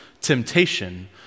temptation